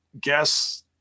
guess